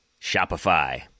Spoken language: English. Shopify